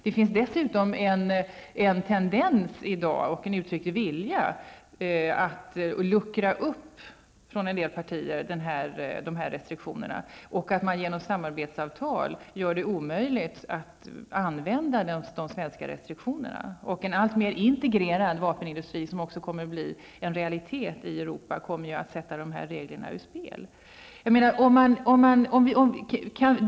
Det finns dessutom i dag en tendens och en uttryckt vilja från en del partier att luckra upp dessa restriktioner. Genom samarbetsavtal gör man det omöjligt att använda de svenska restriktionerna. En alltmer integrerad vapenindustri, som också kommer att bli en realitet i Europa, kommer att sätta de här reglerna ur spel.